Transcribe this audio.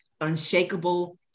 unshakable